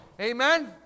Amen